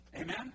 Amen